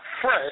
fresh